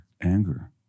anger